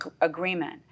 agreement